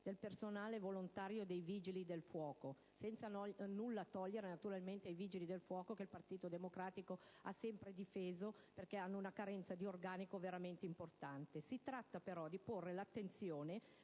del personale volontario dei Vigili del fuoco, senza nulla togliere naturalmente ai Vigili del fuoco, che il Partito Democratico ha sempre difeso, perché hanno una carenza di organico veramente importante. Si tratta di porre l'attenzione,